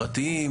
פרטיים,